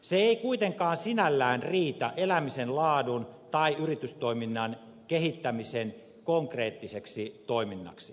se ei kuitenkaan sinällään riitä elämisen laadun tai yritystoiminnan kehittämisen konkreettiseksi toiminnaksi